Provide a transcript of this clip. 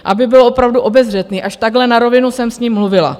Aby byl opravdu obezřetný, až takhle na rovinu jsem s ním mluvila.